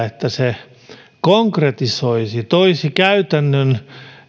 että se konkretisoisi toisi suoraan lakiin käytännön